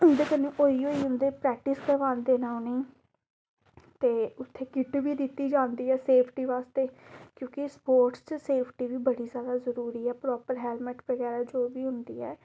उं'दे कन्नै होई होई उं'दे प्रैक्टिस करवांदे न उ'नेंगी ते उत्थै किट बी दित्ती जंदी ऐ सेफ्टी बास्तै क्योंकि स्पोर्टस च सेफ्टी बी बड़ी ज्यादा जरूरी ऐ प्रापर हैलमेट बगैरा जो बी होंदी ऐ